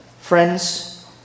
Friends